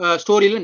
story